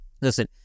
Listen